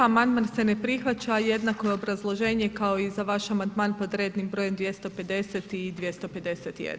Amandman se ne prihvaća, jednako je obrazloženje kao i za vam amandman pod rednim brojem 250. i 251.